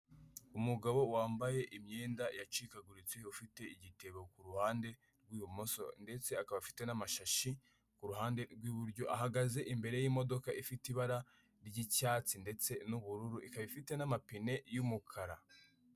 Umugabo wambaye imyenda yacikaguritse ufite igitebo ku ruhande rw'ibumoso ndetse akaba afite n'amashashi ku ruhande rw'iburyo, ahagaze imbere y'imodoka ifite ibara ry'icyatsi ndetse n'ubururu, ikaba ifite n'amapine y'umukara.